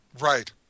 Right